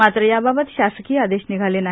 मात्र याबाबत शासकीय आदेश निघाले नाही